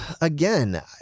again